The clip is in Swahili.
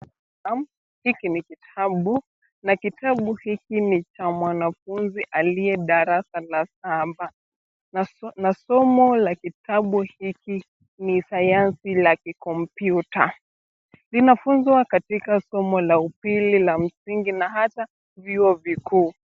Naam, hiki ni kitabu na kitabu hiki ni cha mwanafunzi aliye darasa la saba. Na somo la kitabu hiki ni sayanzi la kikomputa .Linafunzwa katika somo la upili na msingi na hata vio vikuu.